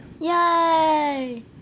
Yay